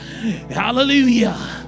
hallelujah